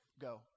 Go